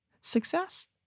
Success